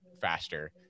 faster